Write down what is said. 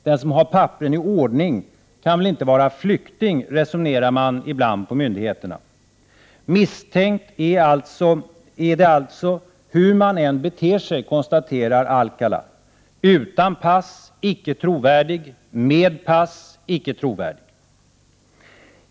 Den som har papperen i ordning kan väl inte vara flykting, resonerar man ibland hos myndigheterna. Misstänkt är det alltså hur man än beter sig, konstaterar Alcalå. Utan pass — icke trovärdig. Med pass — icke trovärdig!